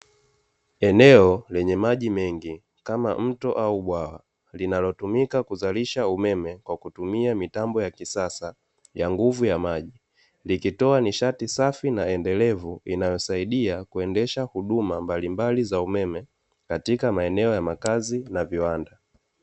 Eneo lenye maji mengi kama mto au bwawa linalo tumika kuzalisha umeme kwa kutumia mitambo ya kisasa ya nguvu ya maji. Likitoa nishati safi na endelevu inayosaidia kuendesha huduma mbalimbali za umeme katika maeneo ya makazi na viwanda.